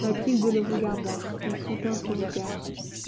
mathilde le regarda il soutint ce regard